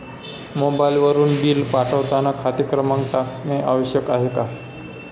मोबाईलवरून बिल पाठवताना खाते क्रमांक टाकणे आवश्यक आहे का?